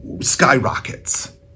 skyrockets